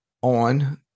on